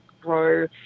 grow